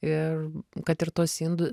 ir kad ir tuos indų